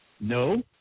No